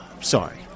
sorry